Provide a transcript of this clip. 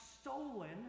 stolen